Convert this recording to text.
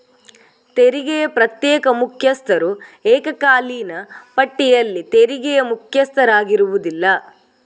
ತೆರಿಗೆಯ ಪ್ರತ್ಯೇಕ ಮುಖ್ಯಸ್ಥರು ಏಕಕಾಲೀನ ಪಟ್ಟಿಯಲ್ಲಿ ತೆರಿಗೆಯ ಮುಖ್ಯಸ್ಥರಾಗಿರುವುದಿಲ್ಲ